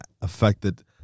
affected